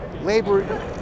Labor